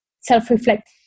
self-reflect